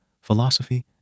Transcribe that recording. philosophy